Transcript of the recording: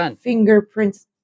fingerprints